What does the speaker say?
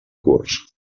curts